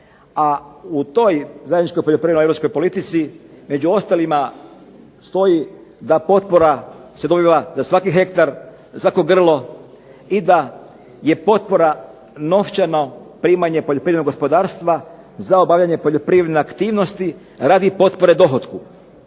A u toj zajedničkoj europskoj poljoprivrednoj politici među ostalima stoji da potpora se dobiva za svaki hektar, za svako grlo i da je potpora novčano primanje poljoprivrednog gospodarstva za obavljanje poljoprivredne aktivnosti radi potpore dohotku.